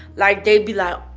like, they'd be like,